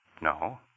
No